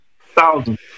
thousand